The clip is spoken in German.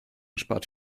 spart